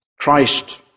Christ